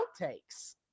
outtakes